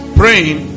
praying